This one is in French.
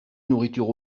nourriture